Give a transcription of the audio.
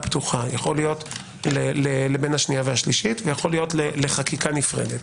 פתוחה - לבין השנייה והשלישית ואולי לחקיקה נפרדת